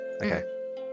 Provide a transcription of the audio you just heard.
okay